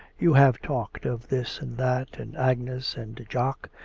you have talked of this and that and agnes and jock,